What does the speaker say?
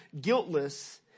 guiltless